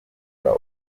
oprah